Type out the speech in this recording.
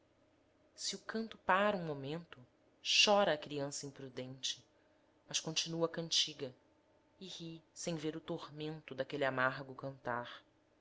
se o canto pára um momento chora a criança imprudente mas continua a cantiga e ri sem ver o tormento daquele amargo cantar